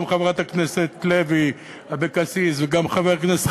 גם חברת הכנסת לוי אבקסיס וגם חבר הכנסת